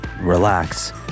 relax